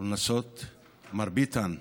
מר ביטן,